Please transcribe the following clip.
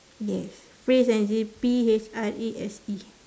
yes phrase as in P H R A S E